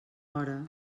hora